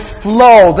flow